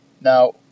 Now